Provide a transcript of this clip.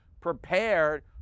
prepared